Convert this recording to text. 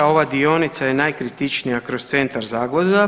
Ova dionica je najkritičnija kroz centar Zagvozda.